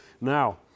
now